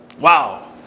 Wow